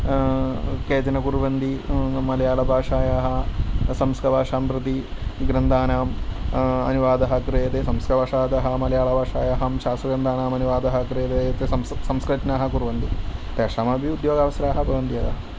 केचन कुर्वन्ति मलयालभाषायाः संस्कृतभाषां प्रति ग्रन्थानाम् अनुवादः क्रियते संस्कृतभाषातः मलयलभाषायां शास्त्रग्रन्थानाम् अनुवादः क्रियते एतत् संस्कृतज्ञाः कुर्वन्ति तेषाम् अपि उद्योगावसराः भवन्ति एव